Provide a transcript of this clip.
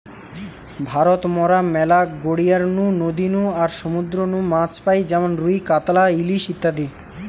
ভারত মরা ম্যালা গড়িয়ার নু, নদী নু আর সমুদ্র নু মাছ পাই যেমন রুই, কাতলা, ইলিশ ইত্যাদি